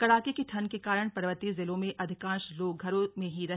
कड़ाके की ठंड के कारण पर्वतीय जिलों में अधिकांश लोग घरों में ही रहे